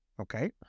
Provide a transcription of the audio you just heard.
okay